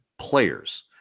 players